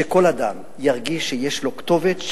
שכל אדם ירגיש שיש לו כתובת,